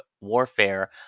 warfare